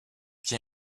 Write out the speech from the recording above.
qui